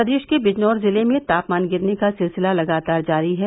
प्रदेश के बिजनौर जिले में तापमान गिरने का सिलसिला लगातार जारी है